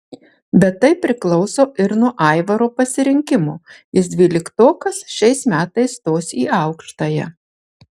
bet tai priklauso ir nuo aivaro pasirinkimo jis dvyliktokas šiais metais stos į aukštąją